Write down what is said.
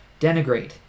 Denigrate